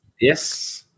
Yes